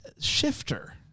Shifter